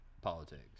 Politics